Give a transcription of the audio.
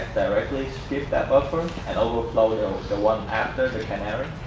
directly? skip that buffer and overflow those the one path there the canary?